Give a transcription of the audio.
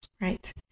Right